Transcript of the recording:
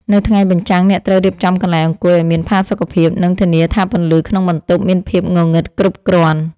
នៅថ្ងៃបញ្ចាំង អ្នកត្រូវរៀបចំកន្លែងអង្គុយឱ្យមានផាសុកភាព និងធានាថាពន្លឺក្នុងបន្ទប់មានភាពងងឹតគ្រប់គ្រាន់។